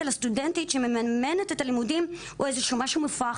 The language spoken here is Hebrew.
על הסטודנטית שמממנת את הלימודים הוא איזשהו משהו מופרח,